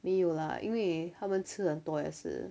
没有啦因为他们吃很多也是